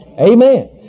Amen